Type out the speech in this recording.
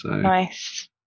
Nice